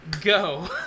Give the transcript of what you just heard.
Go